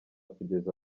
kugeza